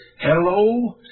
Hello